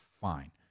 fine